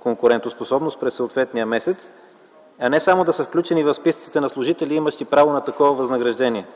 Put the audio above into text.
„Конкурентоспособност” през съответния месец, а не само да са включени в списъците на служители, имащи право на такова възнаграждение.